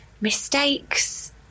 Mistakes